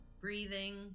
breathing